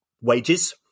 wages